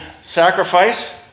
sacrifice